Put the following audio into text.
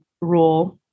rule